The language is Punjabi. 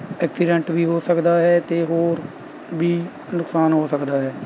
ਐਕਸੀਰੈਂਟ ਵੀ ਹੋ ਸਕਦਾ ਹੈ ਅਤੇ ਹੋਰ ਵੀ ਨੁਕਸਾਨ ਹੋ ਸਕਦਾ ਹੈ